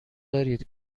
دارید